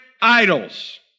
idols